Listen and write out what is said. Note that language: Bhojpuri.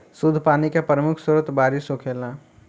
शुद्ध पानी के प्रमुख स्रोत बारिश होखेला